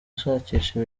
ashakisha